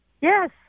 Yes